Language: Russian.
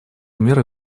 мера